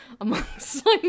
amongst